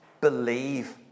believe